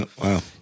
Wow